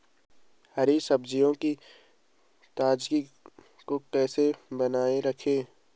हरी सब्जियों की ताजगी को कैसे बनाये रखें?